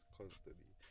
constantly